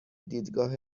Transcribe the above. دیدگاه